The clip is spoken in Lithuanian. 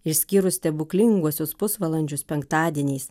išskyrus stebuklinguosius pusvalandžius penktadieniais